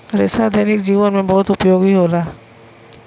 रेसा दैनिक जीवन में बहुत उपयोगी होला